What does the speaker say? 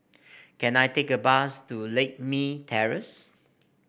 can I take a bus to Lakme Terrace